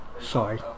sorry